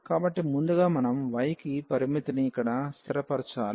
కాబట్టి ముందుగా మనం y కి పరిమితిని ఇక్కడ స్థిరపరచాలి